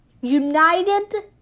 United